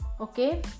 Okay